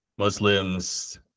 Muslims